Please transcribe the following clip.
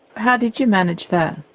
how did you manage that?